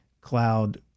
cloud